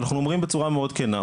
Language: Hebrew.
אנחנו אומרים בצורה מאוד כנה,